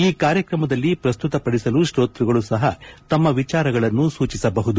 ಈ ಕಾರ್ಯಕ್ರಮದಲ್ಲಿ ಪ್ರಸ್ತುತಪಡಿಸಲು ಶ್ರೋತ್ವಗಳು ಸಹ ತಮ್ಮ ವಿಚಾರಗಳನ್ನು ಸೂಚಿಸಬಹುದು